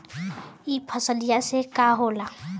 ई फसलिया से का होला?